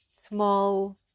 small